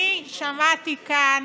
אני שמעתי כאן,